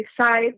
decide